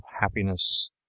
happiness